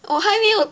我还没有